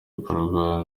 ibikorwa